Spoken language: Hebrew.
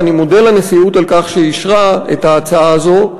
ואני מודה לנשיאות על כך שהיא אישרה את ההצעה הזאת,